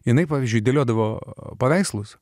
jinai pavyzdžiui dėliodavo paveikslus